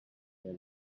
that